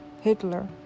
hitler